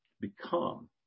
become